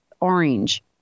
orange